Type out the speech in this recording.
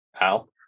Al